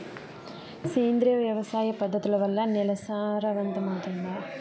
సేంద్రియ వ్యవసాయ పద్ధతుల వల్ల, నేల సారవంతమౌతుందా?